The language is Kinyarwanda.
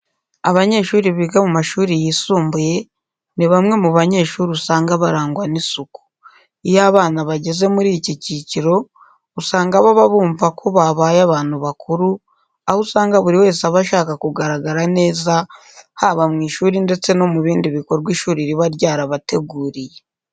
Abanyeshuri biga mu mashuri yisumbuye ni bamwe mu banyeshuri usanga barangwa n'isuku. Iyo abana bageze muri iki cyiciro, usanga baba bumva ko babaye abantu bakuru, aho usanga buri wese aba ashaka kugaragara neza haba mu ishuri ndetse no mu bindi bikorwa ishuri riba ryarabateguriye.